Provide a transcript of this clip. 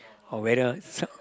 or whether some